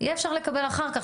יהיה אפשר לקבל אחר כך,